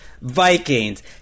Vikings